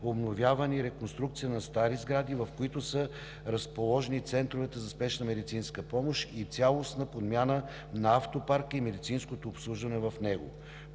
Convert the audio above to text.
обновяване и реконструкция на стари сгради, в които са разположени Центровете за спешна медицинска помощ, и цялостна подмяна на автопарка и медицинското обслужване в него.